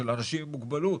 של אנשים עם מוגבלות.